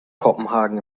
kopenhagen